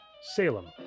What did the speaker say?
Salem